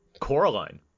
Coraline